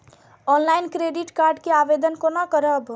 Online credit card के आवेदन कोना करब?